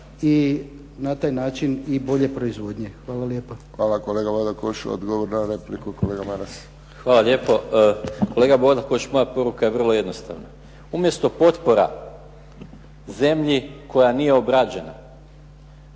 i na taj način i bolje proizvodnje. Hvala lijepo. **Friščić, Josip (HSS)** Hvala kolega Bodakoš. Odgovor na repliku kolega Maras. **Maras, Gordan (SDP)** Hvala lijepo. Kolega Bodakoš moja poruka je vrlo jednostavna. Umjesto potpora zemlji koja nije obrađena,